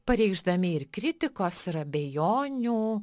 pareikšdami ir kritikos ir abejonių